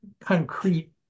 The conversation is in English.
concrete